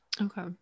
Okay